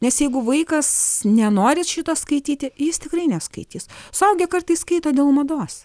nes jeigu vaikas nenori šito skaityti jis tikrai neskaitys suaugę kartais skaito dėl mados